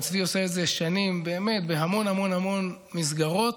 וצבי עושה את זה שנים באמת בהמון המון המון מסגרות,